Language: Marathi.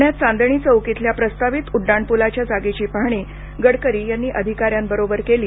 पुण्यात चांदणी चौक इथल्या प्रस्तावित उड्डाणपुलाच्या जागेची पाहणी गडकरी यांनी अधिकाऱ्यांबरोबर केली